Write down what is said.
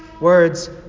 Words